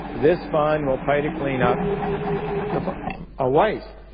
this fund will pay to clean up the ah waste.